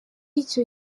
icyo